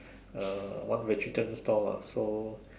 uh one vegetarian stall lah so